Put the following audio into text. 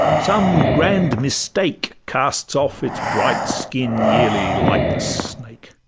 some grand mistake casts off its bright skin yearly like the snake.